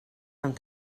amb